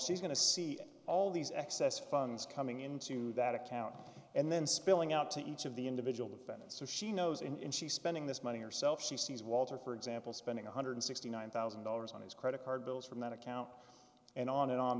she's going to see all these excess funds coming into that account and then spilling out to each of the individual defendants so she knows and she's spending this money herself she sees walter for example spending one hundred sixty nine thousand dollars on his credit card bills from that account and on and on